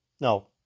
no